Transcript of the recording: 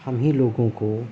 ہم ہی لوگوں کو